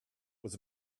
was